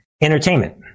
entertainment